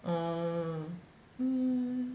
mm mm